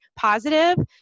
positive